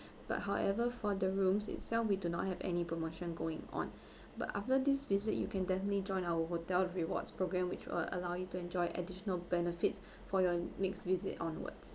but however for the rooms itself we do not have any promotion going on but after this visit you can definitely join our hotel rewards program which will allow you to enjoy additional benefits for your next visit onwards